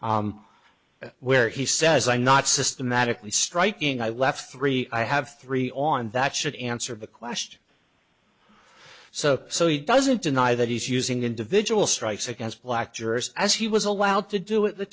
sixteen where he says i'm not systematically striking i left three i have three on that should answer the question so so he doesn't deny that he's using individual strikes against black jurors as he was allowed to do at the